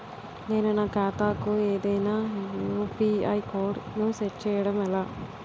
నేను నా ఖాతా కు ఏదైనా యు.పి.ఐ కోడ్ ను సెట్ చేయడం ఎలా?